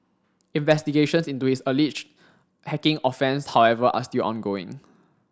investigations into his alleged hacking offence however are still ongoing